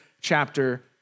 chapter